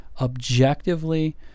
objectively